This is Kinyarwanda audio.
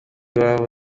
waba